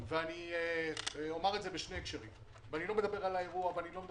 מדבר על כך שאפשר לנהל קהל גם במצב של תשתיות פחות טובות.